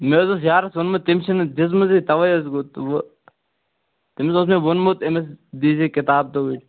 مےٚ حظ اوس یارَس ووٚنمُت تٔمۍ چھِنہٕ دِژمٕژٕے تَوَے حظ گوٚو تٔمِس اوس مےٚ ووٚمُت أمِس دیٖزِ یہِ کِتاب توٗرۍ